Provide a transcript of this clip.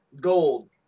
Gold